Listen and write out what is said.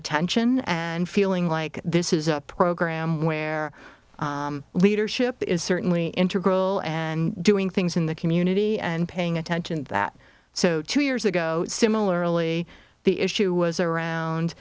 attention and feeling like this is a program where leadership is certainly integral and doing things in the community and paying attention that so two years ago similarly the issue was around